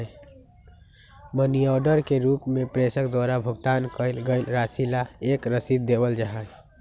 money order के रूप में प्रेषक द्वारा भुगतान कइल गईल राशि ला एक रसीद देवल जा हई